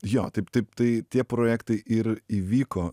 jo taip taip tai tie projektai ir įvyko